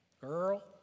girl